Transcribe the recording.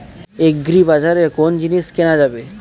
আগ্রিবাজারে কোন জিনিস কেনা যাবে?